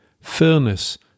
fairness